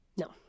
no